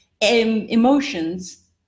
emotions